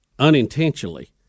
Unintentionally